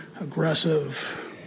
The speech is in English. aggressive